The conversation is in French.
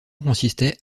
consistait